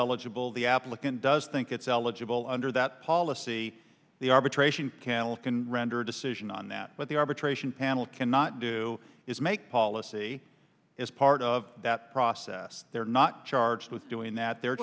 eligible the applicant does think it's eligible under that policy the arbitration cannell can render a decision on that but the arbitration panel cannot do is make policy as part of that process they're not charged with doing that the